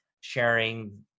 sharing